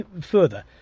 further